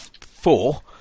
four